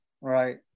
right